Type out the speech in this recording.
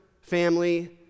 family